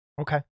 Okay